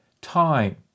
time